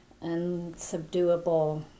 unsubduable